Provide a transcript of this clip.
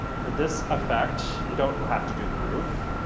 for this effect, you don't have to do the roof,